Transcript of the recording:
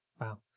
Wow